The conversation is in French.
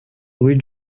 rue